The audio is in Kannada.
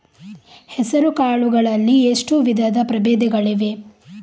ಹೆಸರುಕಾಳು ಗಳಲ್ಲಿ ಎಷ್ಟು ವಿಧದ ಪ್ರಬೇಧಗಳಿವೆ?